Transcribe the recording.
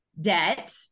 debt